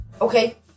okay